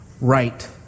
right